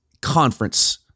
conference